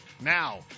Now